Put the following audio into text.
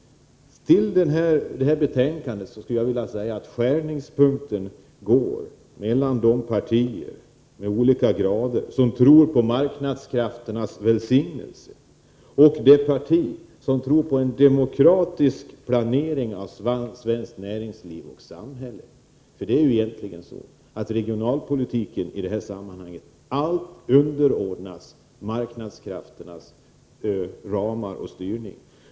Jag skulle vilja säga att skärningspunkten beträffande det här betänkandet går mellan de partier som i olika grad tror på marknadskrafternas välsignelse och det parti som tror på en demokratisk planering av svenskt näringsliv och samhälle. Det är ju egentligen så att regionalpolitiken helt underordnas marknadskrafternas styrning.